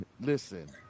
Listen